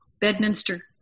Bedminster